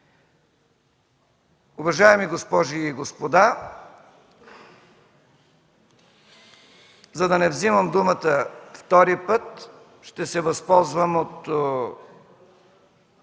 Уважаеми госпожи и господа, за да не вземам думата втори път, ще се възползвам от